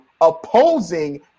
opposing